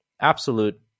Absolute